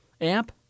amp